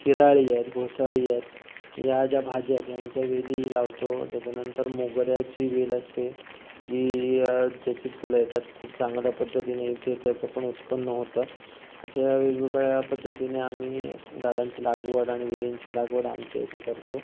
शिराळी आहेत घोसाळी आहेत या ज्या भाज्या आहेत ह्यांच्या वेली लावतो त्याच्यानंतर मोगऱ्याची वेल असते जी ज्याची फुलं येतात खूप चांगल्या पद्धतीने इथे त्याचं पण उत्पन्न होतं अशा वेगवेगळ्या पद्धतीने आम्ही झाडांची लागवड आणि वेलींची लागवड आमच्या इथे करतो